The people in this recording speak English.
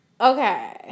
okay